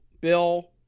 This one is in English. Bill